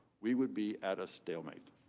we would be at a stalemate.